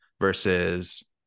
versus